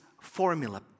formula